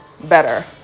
better